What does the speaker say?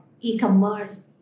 e-commerce